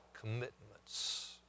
commitments